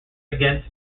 against